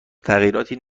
تغییراتی